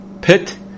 pit